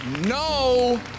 No